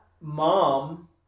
mom